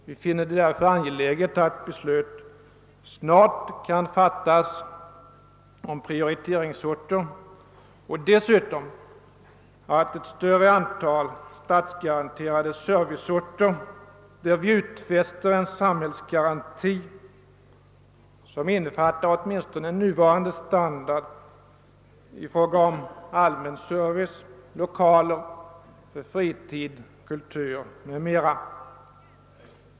Vi finner det därför angeläget att beslut snart kan fattas om prioriteringsorter och om ett större antal statsgaranterade serviceorter, där vi utfäster en samhällsgaranti som innefattar åtminstone nuvarande standard i fråga om allmän service samt lokaler för fritid, kultur m.m.